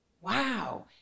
wow